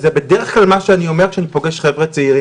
וזה בדרך כלל מה שאני אומר כשאני פוגש חבר'ה צעירים,